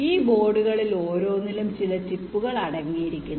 ഈ ബോർഡുകളിൽ ഓരോന്നിലും ചില ചിപ്പുകൾ അടങ്ങിയിരിക്കുന്നു